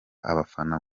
abafana